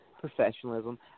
Professionalism